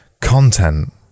Content